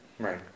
Right